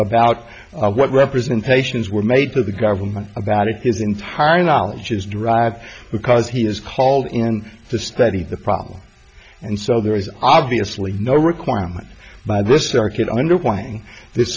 about what representations were made to the government about it his entire knowledge is dr because he is called in to study the problem and so there is obviously no requirement by th